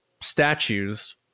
statues